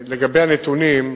1 2. לגבי הנתונים: